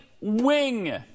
wing